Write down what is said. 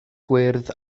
gwyrdd